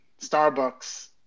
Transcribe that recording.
Starbucks